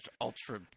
Ultra